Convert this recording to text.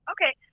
Okay